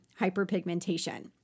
hyperpigmentation